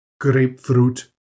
grapefruit